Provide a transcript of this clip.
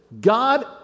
God